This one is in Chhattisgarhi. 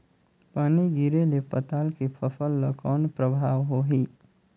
पानी गिरे ले पताल के फसल ल कौन प्रभाव होही?